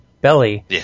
belly